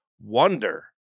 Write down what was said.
wonder